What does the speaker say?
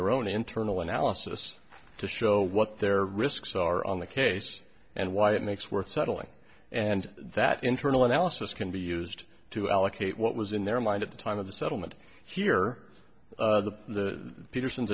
their own internal analysis to show what their risks are on the case and why it makes worth settling and that internal analysis can be used to allocate what was in their mind at the time of the settlement here the peterson's